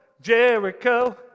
Jericho